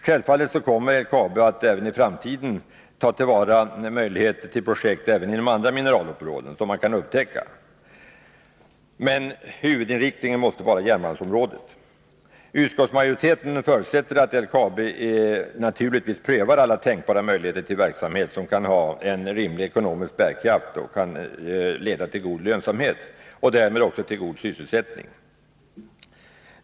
Självfallet kommer LKAB även i framtiden att ta till vara uppkommande möjligheter till projekt även inom andra mineralområden som kan upptäckas. Men i huvudsak skall man inrikta sig på järnmalmsområdet. Utskottsmajoriteten förutsätter att LKAB prövar alla tänkbara möjligheter till verksamhet som med rimlig ekonomisk bärkraft kan leda till god lönsamhet och därmed till god sysselsättning.